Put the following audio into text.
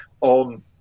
on